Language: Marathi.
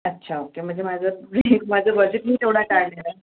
अच्छा ओके म्हणजे माझं माझं बजेट मी तेवढा काढला आहे